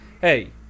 hey